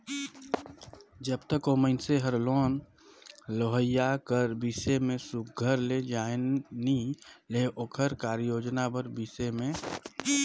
जब तक ओ मइनसे हर लोन लेहोइया कर बिसे में सुग्घर ले जाएन नी लेहे ओकर कारयोजना कर बिसे में